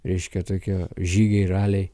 reiškia tokie žygiai raliai